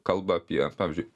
kalba apie pavyzdžiui